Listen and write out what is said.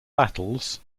battles